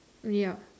ya